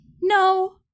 No